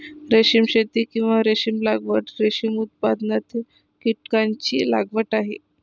रेशीम शेती, किंवा रेशीम लागवड, रेशीम उत्पादनातील कीटकांची लागवड आहे